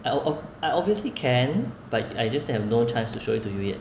I o~ I obviously can but I just have no chance to show it to you yet